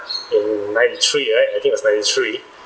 in ninety-three right I think it was ninety-three